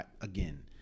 again